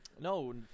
no